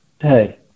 hey